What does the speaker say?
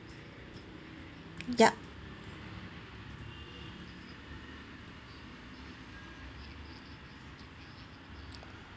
yup